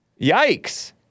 Yikes